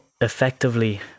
effectively